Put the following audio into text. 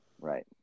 Right